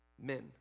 Men